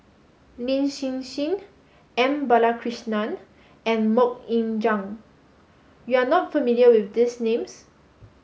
Lin Hsin Hsin M Balakrishnan and Mok Ying Jang you are not familiar with these names